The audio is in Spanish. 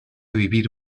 vivir